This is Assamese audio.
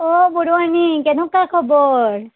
অঁ বৰুৱানী কেনেকুৱা খবৰ